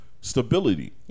stability